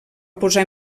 posar